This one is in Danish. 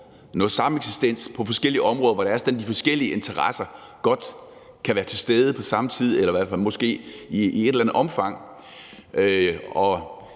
noget sameksistens på forskellige områder, hvor det er sådan, at de forskellige interesser godt kan være til stede på samme tid eller i hvert fald måske i et eller andet omfang.